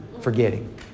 forgetting